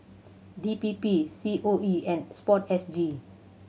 D P P C O E and Sport S G